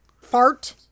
fart